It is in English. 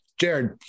Jared